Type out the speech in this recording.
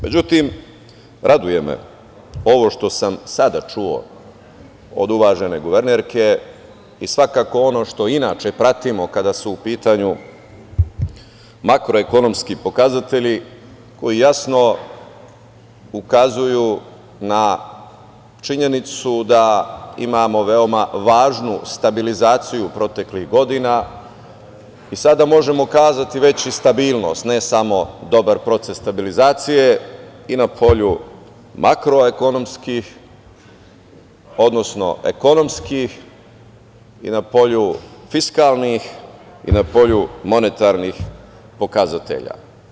Međutim, raduje me ovo što sam sada čuo od uvažene guvernerke i svakako ono što inače pratimo kada su u pitanju makroekonomski pokazatelji koji jasno ukazuju na činjenicu da imamo veoma važnu stabilizaciju proteklih godina i sada možemo kazati već stabilnost, ne samo dobar proces stabilizacije i na polju makroekonomskih, odnosno ekonomskih i na polju fiskalnih i na polju monetarnih pokazatelja.